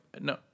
no